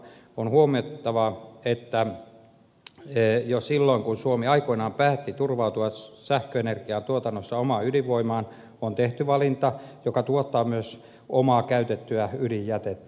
on huomattava että jo silloin kun suomi aikoinaan päätti turvautua sähköenergiatuotannossa omaan ydinvoimaan on tehty valinta joka tuottaa myös omaa käytettyä ydinjätettä